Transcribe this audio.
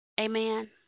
Amen